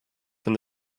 from